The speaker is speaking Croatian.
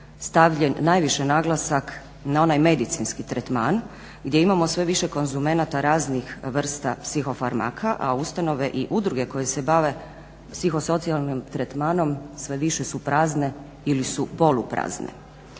stavljen najviše naglasak na onaj medicinski tretman gdje imamo sve više konzumenata raznih vrsta psihofarmaka a ustanove i udruge koje se bave psihosocijalnim tretmanom sve više su prazne ili su poluprazne.